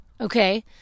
okay